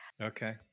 Okay